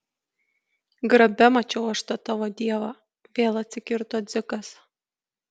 grabe mačiau aš tą tavo dievą vėl atsikirto dzikas